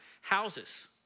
houses